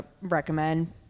recommend